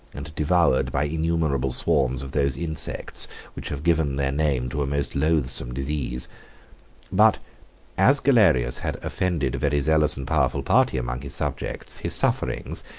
and devoured by innumerable swarms of those insects which have given their name to a most loathsome disease but as galerius had offended a very zealous and powerful party among his subjects, his sufferings,